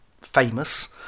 famous